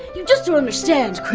you just don't understand, critic.